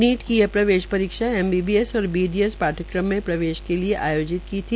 NEET की यह प्रवेश परीक्षा एमबीबीएस और बीडीएस पाठ्यक्रम में प्रवेश के लिए आयोजित की है